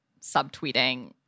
subtweeting